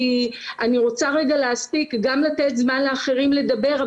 כי אני רוצה רגע להספיק גם לתת זמן לאחרים לדבר,